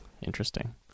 Interesting